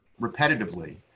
repetitively